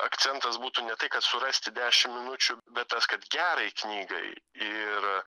akcentas būtų ne tai kad surasti dešimt minučių bet tas kad gerai knygai ir